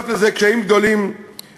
תודה רבה לך, אדוני.